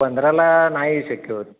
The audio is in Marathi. पंधराला नाही शक्य होत